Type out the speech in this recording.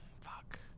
Fuck